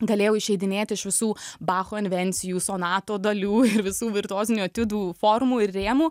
galėjau išeidinėti iš visų bacho invencijų sonato dalių ir visų virtuozinių etiudų formų ir rėmų